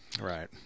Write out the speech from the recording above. Right